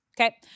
Okay